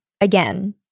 again